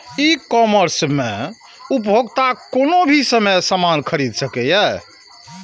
ई commerce मे उपभोक्ता कोनो भी समय सामान खरीद सकैए